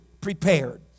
prepared